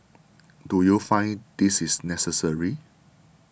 do you find this is necessary